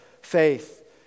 faith